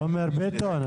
תומר ביטון,